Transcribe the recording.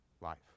life